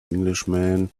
englishman